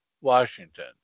Washington